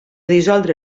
dissoldre